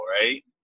right